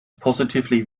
positively